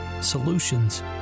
solutions